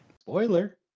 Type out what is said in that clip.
Spoiler